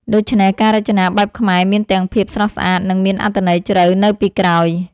ដូច្នេះការរចនាបែបខ្មែរមានទាំងភាពស្រស់ស្អាត និងមានអត្ថន័យជ្រៅនៅពីក្រោយ។